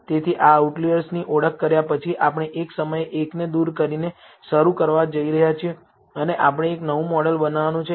તેથી આ આઉટલિઅર્સની ઓળખ કર્યા પછી આપણે એક સમયે એકને દૂર કરીને શરૂ કરવા જઈ રહ્યા છીએ અને આપણે એક નવું મોડેલ બનાવવાનું છે